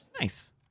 Nice